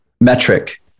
metric